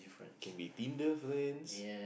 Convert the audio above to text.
can be Tinder friends